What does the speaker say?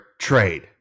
trade